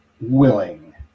willing